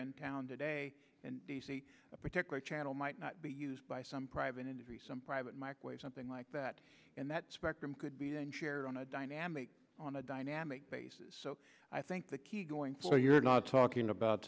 in town today a particular channel might not be used by some private industry some private microwave something like that and that spectrum could be then shared on a dynamic on a dynamic basis so i think the key going for you're not talking about